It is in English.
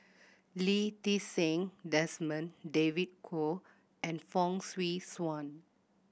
Lee Ti Seng Desmond David Kwo and Fong Swee Suan